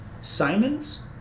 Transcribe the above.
Simons